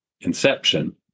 inception